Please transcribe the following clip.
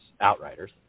Outriders